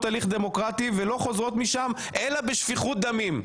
הליך דמוקרטי ולא חוזרות משם אלא בשפיכות דמים.